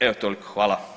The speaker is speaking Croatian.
Evo toliko, hvala.